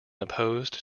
opposed